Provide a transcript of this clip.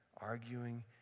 Arguing